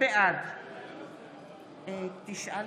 בעד האם